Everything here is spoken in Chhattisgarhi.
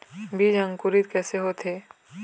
बीज अंकुरित कैसे होथे?